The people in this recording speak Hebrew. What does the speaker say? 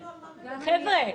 חבר'ה,